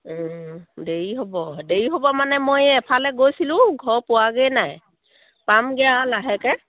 দেৰি হ'ব দেৰি হ'ব মানে মই এই এফালে গৈছিলোঁ ঘৰ পোৱাগেই নাই পামগৈ আৰু লাহেকৈ